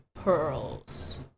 Pearls